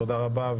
תודה רבה.